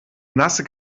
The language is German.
nasse